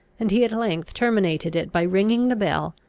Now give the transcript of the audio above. and he at length terminated it by ringing the bell,